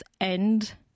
end